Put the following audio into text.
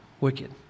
wicked